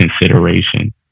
consideration